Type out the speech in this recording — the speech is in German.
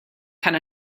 kann